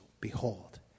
Behold